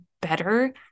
better